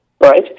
Right